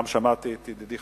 גם שמעתי את ידידי,